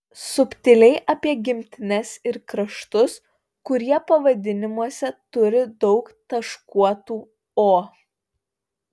subtiliai apie gimtines ir kraštus kurie pavadinimuose turi daug taškuotų o